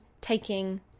taking